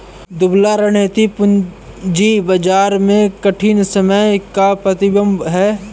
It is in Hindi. दुबला रणनीति पूंजी बाजार में कठिन समय का प्रतिबिंब है